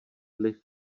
vliv